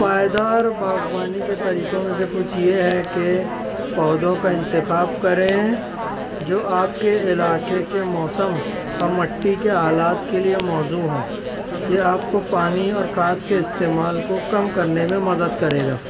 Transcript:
پائیدار باغبانی کے طریقوں میں سے کچھ یہ ہے کہ پودوں کا انتخاب کریں جو آپ کے علاقے کے موسم اور مٹی کے حالات کے لیے موزوں ہوں یہ آپ کو پانی اور کھاد کے استعمال کو کم کرنے میں مدد کرے گا